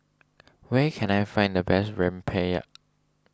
where can I find the best Rempeyek